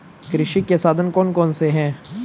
कृषि के साधन कौन कौन से हैं?